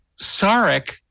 Sarek